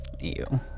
Ew